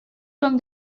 from